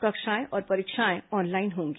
कक्षाएं और परीक्षाएं भी ऑनलाइन होंगी